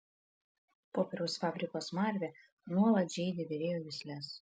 popieriaus fabriko smarvė nuolat žeidė virėjo jusles